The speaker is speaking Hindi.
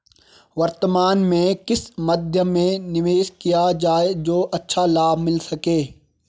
वर्तमान में किस मध्य में निवेश किया जाए जो अच्छा लाभ मिल सके?